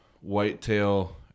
whitetail